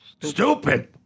Stupid